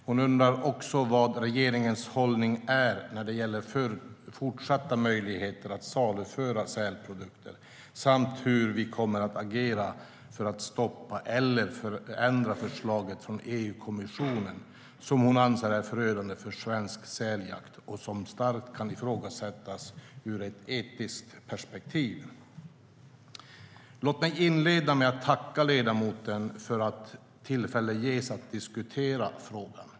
Hon undrar också vilken regeringens hållning är när det gäller fortsatta möjligheter att saluföra sälprodukter samt hur vi kommer att agera för att stoppa eller förändra förslaget från EU-kommissionen, som hon anser är förödande för svensk säljakt och som starkt kan ifrågasättas ur ett etiskt perspektiv. Låt mig inleda med att tacka ledamoten för att tillfälle ges att diskutera frågan.